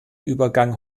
übergang